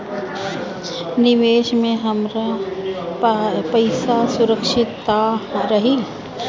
निवेश में हमार पईसा सुरक्षित त रही?